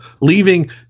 leaving